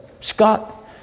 Scott